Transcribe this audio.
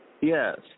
yes